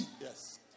Yes